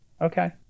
Okay